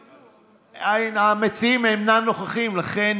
המציעים אינם נוכחים, לכן